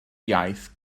iaith